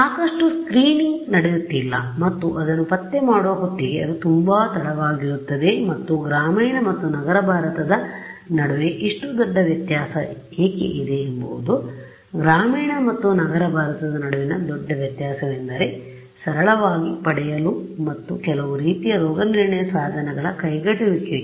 ಸಾಕಷ್ಟು ಸ್ಕ್ರೀನಿಂಗ್ ನಡೆಯುತ್ತಿಲ್ಲ ಮತ್ತು ಅದನ್ನು ಪತ್ತೆ ಮಾಡುವ ಹೊತ್ತಿಗೆ ಅದು ತುಂಬಾ ತಡವಾಗಿರುತ್ತದೆ ಮತ್ತು ಗ್ರಾಮೀಣ ಮತ್ತು ನಗರ ಭಾರತದ ನಡುವೆ ಇಷ್ಟು ದೊಡ್ಡ ವ್ಯತ್ಯಾಸ ಏಕೆ ಇದೆ ಎಂಬುದು ಗ್ರಾಮೀಣ ಮತ್ತು ನಗರ ಭಾರತದ ನಡುವಿನ ದೊಡ್ಡ ವ್ಯತ್ಯಾಸವೆಂದರೆ ಸರಳವಾಗಿ ಪಡೆಯಲು ಮತ್ತು ಕೆಲವು ರೀತಿಯ ರೋಗನಿರ್ಣಯ ಸಾಧನಗಳ ಕೈಗೆಟುಕುವಿಕೆ